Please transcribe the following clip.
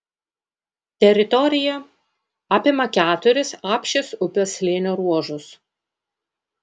teritorija apima keturis apšės upės slėnio ruožus